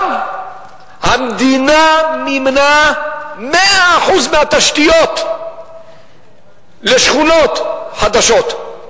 המדינה גם מימנה 100% של התשתיות לשכונות חדשות.